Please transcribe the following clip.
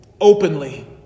openly